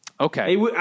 Okay